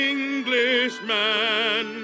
Englishman